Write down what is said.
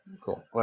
Cool